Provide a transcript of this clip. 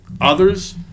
others